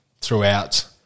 throughout